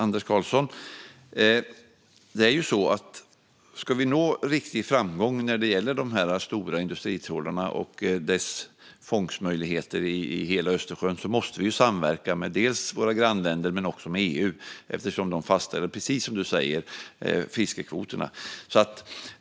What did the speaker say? Herr talman! Om vi ska nå riktig framgång, Anders Karlsson, när det gäller de stora industritrålarna och deras fångstmöjligheter i hela Östersjön måste vi samverka dels med våra grannländer, dels med EU. EU fastställer ju fiskekvoterna, precis som du säger.